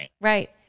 right